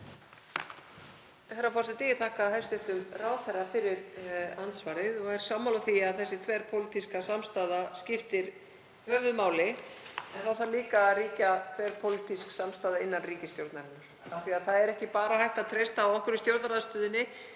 Herra forseti. Ég þakka hæstv. ráðherra fyrir andsvarið og er sammála því að þessi þverpólitíska samstaða skiptir höfuðmáli, en þá þarf líka að ríkja þverpólitísk samstaða innan ríkisstjórnarinnar. Það er ekki bara hægt að treysta á okkur í stjórnarandstöðunni